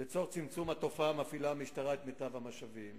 לצורך צמצום התופעה מפעילה המשטרה את מיטב המשאבים,